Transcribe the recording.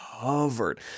covered